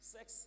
Sex